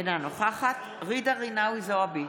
אינה נוכחת ג'ידא רינאוי זועבי,